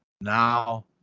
Now